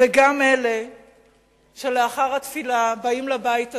וגם אלה שלאחר התפילה באים לבית הזה,